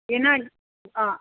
என்ன